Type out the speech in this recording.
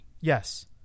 Yes